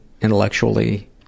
intellectually